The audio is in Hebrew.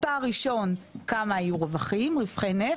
מספר ראשון כמה היו רווחי נפט,